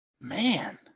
man